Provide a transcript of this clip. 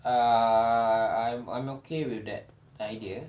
err I'm I'm okay with that idea